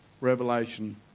Revelation